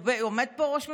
עומד פה ראש ממשלה,